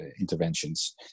interventions